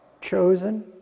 chosen